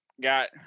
got